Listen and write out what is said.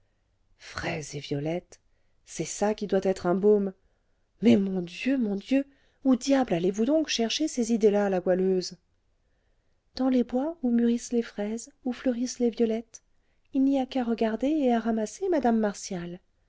fraises et violettes c'est ça qui doit être un baume mais mon dieu mon dieu où diable allez-vous donc chercher ces idées-là la goualeuse dans les bois où mûrissent les fraises où fleurissent les violettes il n'y a qu'à regarder et à ramasser madame martial